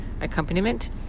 accompaniment